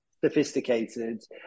sophisticated